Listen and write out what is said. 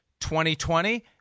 2020